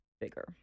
bigger